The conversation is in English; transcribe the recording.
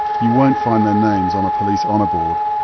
you won't find their names on a police honour board.